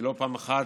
שלא פעם אחת,